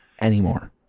anymore